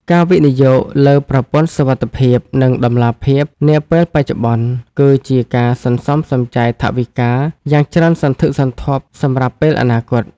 ការវិនិយោគលើ "ប្រព័ន្ធសុវត្ថិភាព និងតម្លាភាព" នាពេលបច្ចុប្បន្ន គឺជាការសន្សំសំចៃថវិកាយ៉ាងច្រើនសន្ធឹកសន្ធាប់សម្រាប់ពេលអនាគត។